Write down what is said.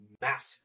massive